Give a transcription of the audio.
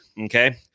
Okay